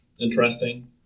Interesting